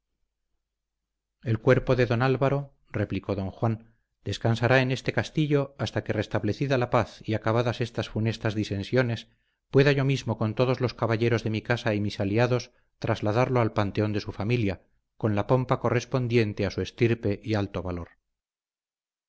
el cuerpo de don álvaro replicó don juan descansará en este castillo hasta que restablecida la paz y acabadas estas funestas disensiones pueda yo mismo con todos los caballeros de mi casa y mis aliados trasladarlo al panteón de su familia con la pompa correspondiente a su estirpe y alto valor